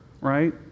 Right